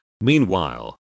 meanwhile